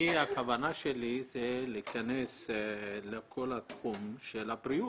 הכוונה שלי היא להיכנס לכל התחום של הבריאות.